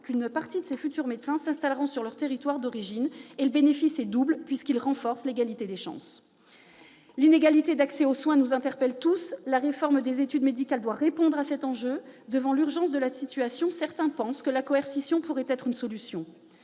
qu'une partie de ces futurs médecins s'installeront sur leur territoire d'origine. Le bénéfice est double, puisque ce dispositif renforce l'égalité des chances. L'inégalité d'accès aux soins nous interpelle tous, et la réforme des études médicales doit répondre à cet enjeu. Devant l'urgence de la situation, certains pensent que la coercition pourrait être une solution.